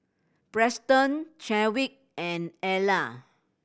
Preston Chadwick and Ellar